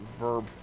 verb